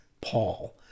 Paul